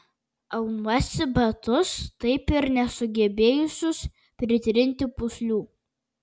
aunuosi batus taip ir nesugebėjusius pritrinti pūslių